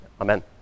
Amen